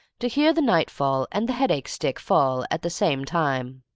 to hear the nightfall and the headache-stick fall at the same time.